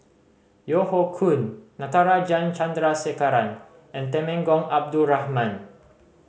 Yeo Hoe Koon Natarajan Chandrasekaran and Temenggong Abdul Rahman